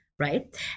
Right